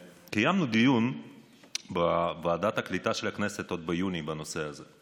קיימנו דיון בוועדת הקליטה של הכנסת בנושא הזה עוד ביוני.